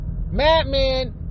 Madman